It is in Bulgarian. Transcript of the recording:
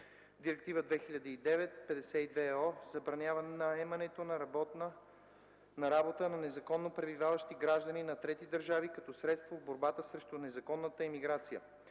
Директива 2009/52/ЕО забранява наемането на работа на незаконно пребиваващи граждани на трети държави като средство в борбата срещу незаконната имиграция.